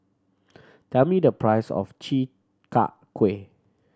tell me the price of Chi Kak Kuih